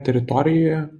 teritorijoje